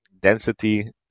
density